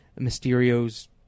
Mysterio's